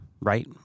right